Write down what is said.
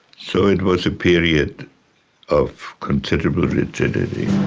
so it was a period of considerable rigidity.